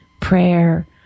prayer